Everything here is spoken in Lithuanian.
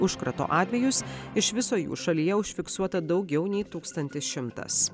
užkrato atvejus iš viso jų šalyje užfiksuota daugiau nei tūkstantis šimtas